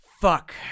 fuck